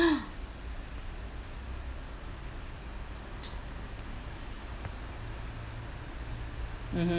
mmhmm